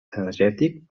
energètic